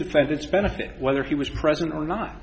defendant's benefit whether he was present or not